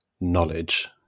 knowledge